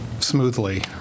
smoothly